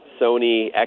Sony